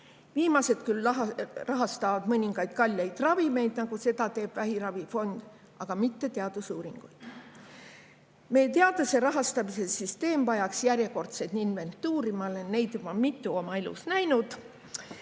Viimased küll rahastavad mõningaid kalleid ravimeid, nagu seda teeb vähiravifond, aga mitte teadusuuringuid. Meie teaduse rahastamise süsteem vajaks järjekordset inventuuri. Ma olen neid juba mitu oma elus näinud.